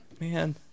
Man